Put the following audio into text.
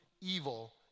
evil